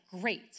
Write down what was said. great